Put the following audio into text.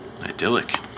Idyllic